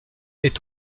est